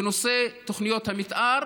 בנושא תוכניות המתאר,